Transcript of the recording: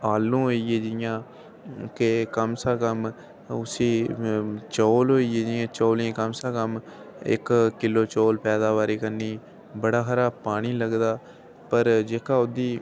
आलू होई गे जि'यां कम से कम उसी चौल होई गे जि'यां चौलें गी कम से कम इक किलो चौलें दी पैदाबारी करनी बड़ा सारा पानी लगदा पर जेह्का ओह्दी